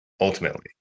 ultimately